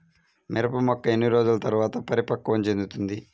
మిరప మొక్క ఎన్ని రోజుల తర్వాత పరిపక్వం చెందుతుంది?